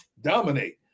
dominate